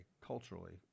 culturally